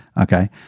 okay